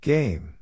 Game